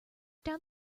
down